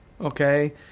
Okay